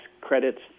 credits